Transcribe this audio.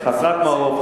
חסרת מעוף,